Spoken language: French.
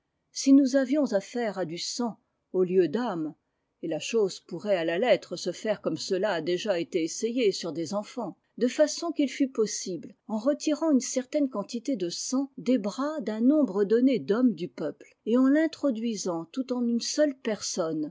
si nous avions à faire à du sang au lieu d'âme et la chose pourrait à la lettre se faire comme cela a déjà été essayé sur des enfants de façon qu'il fût possible en retirant une certaine quantité de sang des bras d'un nombre donné d'hommes du peuple et en l'introduisant tout en une seule personne